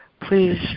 please